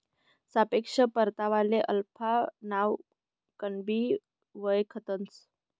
सापेक्ष परतावाले अल्फा नावकनबी वयखतंस